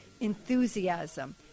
Enthusiasm